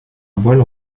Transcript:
voile